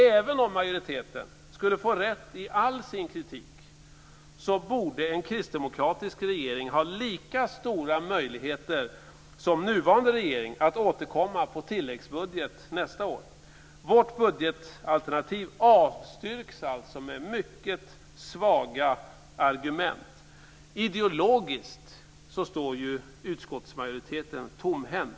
Även om majoriteten skulle få rätt i all sin kritik borde en kristdemokratisk regering ha lika stora möjligheter som den nuvarande regeringen att återkomma i tilläggsbudgeten nästa år. Vårt budgetalternativ avstyrks alltså med mycket svaga argument. Ideologiskt står utskottsmajoriteten tomhänt.